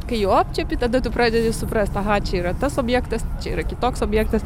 kai jau apčiuopi tada tu pradedi suprast aha čia yra tas objektas čia yra kitoks objektas